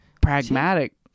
pragmatic